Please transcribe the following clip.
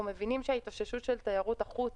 אנחנו מבינים שההתאוששות של תיירות החוץ